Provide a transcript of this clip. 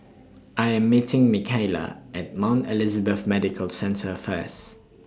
I Am meeting Micayla At Mount Elizabeth Medical Centre First